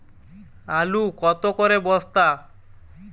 আলু কত করে বস্তা?